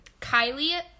Kylie